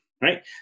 right